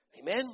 Amen